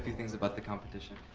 things about the competition.